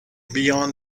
beyond